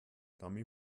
dummy